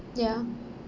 ya